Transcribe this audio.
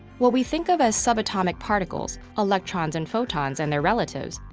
what we think of as subatomic particles, electrons and photons and their relatives,